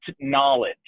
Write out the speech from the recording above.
knowledge